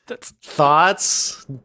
Thoughts